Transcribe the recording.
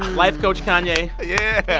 um life coach kanye yeah